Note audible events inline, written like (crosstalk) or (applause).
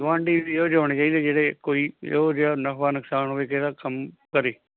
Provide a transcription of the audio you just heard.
ਗੁਆਂਢੀ ਵੀ ਇਹੋ ਜਿਹੇ ਹੋਣੇ ਚਾਹੀਦੇ ਜਿਹੜੇ ਕੋਈ ਉਹ ਜਿਹੜਾ ਨਫਾ ਨੁਕਸਾਨ ਹੋਵੇ ਜਿਹੜਾ (unintelligible) ਕਰੇ